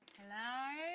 hello?